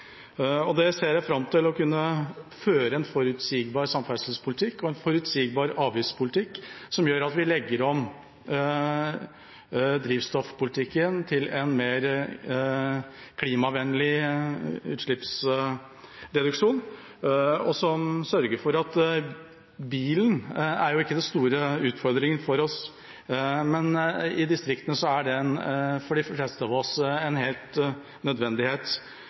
å kunne føre en forutsigbar samferdselspolitikk og en forutsigbar avgiftspolitikk, som gjør at vi legger om drivstoffpolitikken til å bli mer klimavennlig ved at vi får større utslippsreduksjoner. Bilen er jo ikke den store utfordringen for oss, men i distriktene er bilen for de fleste